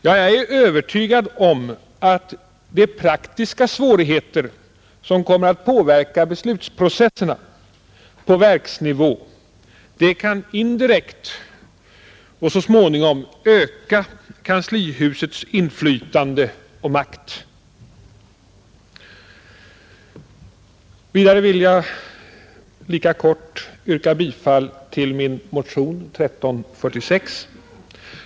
— Jag är oroad för att de praktiska svårigheter som kommer att påverka beslutsprocesserna på verksnivå, indirekt och så småningom, kan öka kanslihusets inflytande och makt. Vidare vill jag lika kortfattat yrka bifall till min motion 1346.